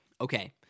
Okay